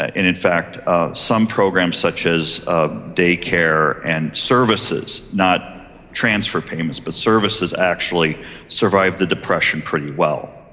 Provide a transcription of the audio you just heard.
ah in in fact ah some programs, such as ah day-care and services not transfer payments but services actually survived the depression pretty well.